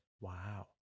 Wow